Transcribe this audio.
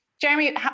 Jeremy